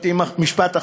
משפט אחרון.